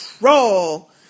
troll